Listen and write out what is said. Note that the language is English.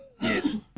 yes